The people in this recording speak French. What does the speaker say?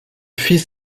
fils